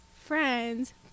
friends